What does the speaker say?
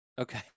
Okay